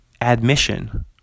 Admission